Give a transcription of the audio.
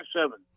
seven